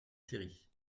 séries